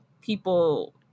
people